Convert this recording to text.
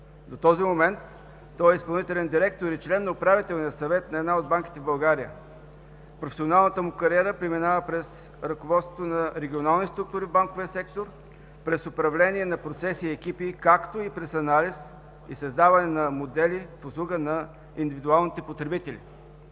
До този момент той е изпълнителен директор и член на Управителния съвет на една от банките в България. Професионалната му кариера преминава през ръководството на регионални структури в банковия сектор, през управление на процеси и екипи, както и през анализ и създаване на модели в услуга на индивидуалните потребители.